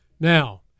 Now